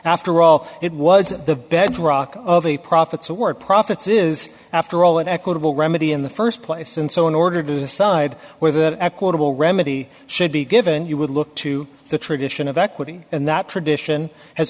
after all it was the bedrock of a profits or profits is after all an equitable remedy in the st place and so in order to decide where that equitable remedy should be given you would look to the tradition of equity and that tradition has